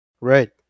right